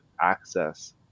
access